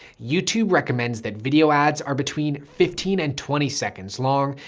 youtube recommends that video ads are between fifteen and twenty seconds long,